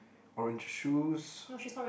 orange shoes